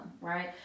right